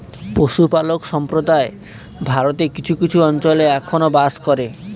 পশুপালক সম্প্রদায় ভারতের কিছু কিছু অঞ্চলে এখনো বাস করে